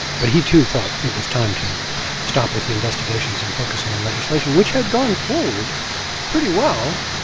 but he, too, thought it was time to stop with the investigations and focus on legislation, which had gone forward pretty well,